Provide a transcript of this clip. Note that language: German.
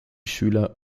schüler